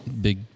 big